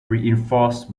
reinforced